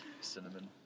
Cinnamon